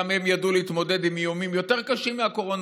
גם הם ידעו להתמודד עם איומים יותר קשים מהקורונה,